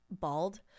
bald